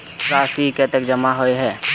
राशि कतेक जमा होय है?